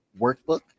workbook